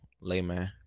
layman